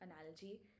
analogy